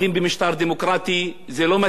זה לא מתאים למדינתנו הדמוקרטית,